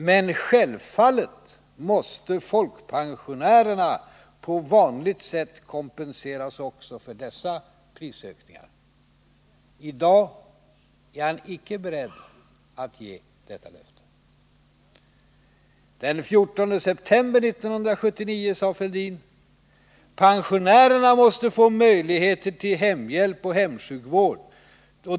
—--- Men självfallet måste folkpensionärerna på vanligt sätt kompenseras också för dessa prisökningar.” I dag är han icke beredd att ge detta löfte. Den 14 september 1979 sade Thorbjörn Fälldin: Pensionärerna måste få möjligheter till hemhjälp och hemsjukvård.